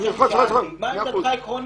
מה עמדתך העקרונית?